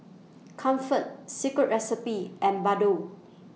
Comfort Secret Recipe and Bardot